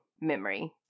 memory